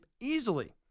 easily